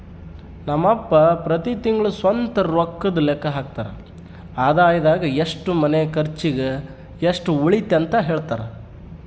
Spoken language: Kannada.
ನಮ್ ಅಪ್ಪ ಪ್ರತಿ ತಿಂಗ್ಳು ಸ್ವಂತ ರೊಕ್ಕುದ್ ಲೆಕ್ಕ ಹಾಕ್ತರ, ಆದಾಯದಾಗ ಎಷ್ಟು ಮನೆ ಕರ್ಚಿಗ್, ಎಷ್ಟು ಉಳಿತತೆಂತ ಹೆಳ್ತರ